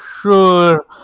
sure